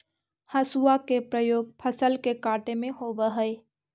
हसुआ के प्रयोग फसल के काटे में होवऽ हई